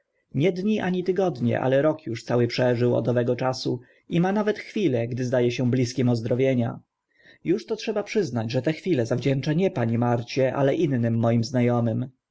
nie dni ani tygodnie ale rok cały uż przeżył od owego czasu i ma nawet chwile gdy zda e się bliskim ozdrowienia już to trzeba przyznać że te chwile zawdzięcza nie pani marcie ale innym moim zna